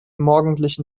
morgendlichen